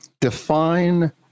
define